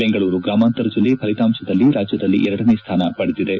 ಬೆಂಗಳೂರು ಗ್ರಾಮಾಂತರ ಜಿಲ್ಲೆ ಫಲಿತಾಂಶದಲ್ಲಿ ರಾಜ್ಯದಲ್ಲಿ ಎರಡನೇ ಸ್ಥಾನ ಪಡೆದಿದೆ